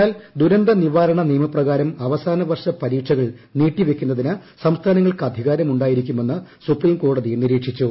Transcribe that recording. എന്നാൽ ദൂരന്തനിവാരണ നിയമപ്രകാരം അവസാന വർഷ പരീക്ഷകൾ നീട്ടി വയ്ക്കുന്നതിന് സംസ്ഥാനങ്ങൾക്ക് അധികാരം ഉണ്ടായിരിക്കും എന്ന് സുപ്രീം കോടതി നിരീക്ഷിച്ചു